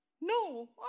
no